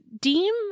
deem